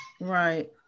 right